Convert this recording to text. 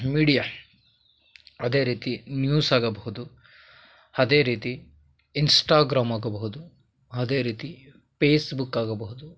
media ಅದೇ ರೀತಿ news ಆಗಬಹುದು ಅದೇ ರೀತಿ ಇನ್ಸ್ಟಾಗ್ರಾಮ್ ಆಗಬಹುದು ಅದೇ ರೀತಿ ಪೇಸ್ಬುಕ್ ಆಗಬಹುದು